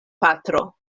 patro